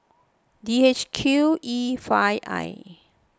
D H Q E five I